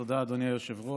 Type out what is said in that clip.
תודה, אדוני היושב-ראש.